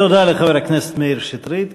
תודה לחבר הכנסת מאיר שטרית,